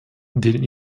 den